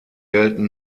gelten